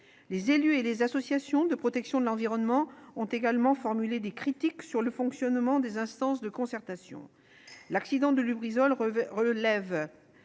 Les élus et les associations de protection de l'environnement ont également formulé des critiques sur le fonctionnement des instances de concertation. L'accident de l'usine Lubrizol révèle